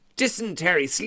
Dysentery